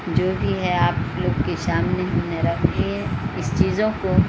جو بھی ہے آپ لوگ کے سامنے ہم نے رکھ دیے اس چیزوں کو